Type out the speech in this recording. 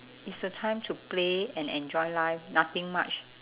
it's the time to play and enjoy life nothing much